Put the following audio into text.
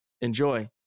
Enjoy